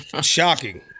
shocking